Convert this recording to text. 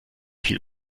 viel